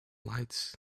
lights